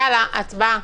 יאללה, הצבעה.